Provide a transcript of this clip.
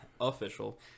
Official